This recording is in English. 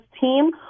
team